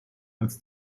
als